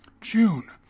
June